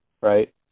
right